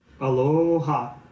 Aloha